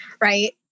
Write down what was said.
right